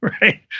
right